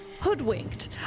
hoodwinked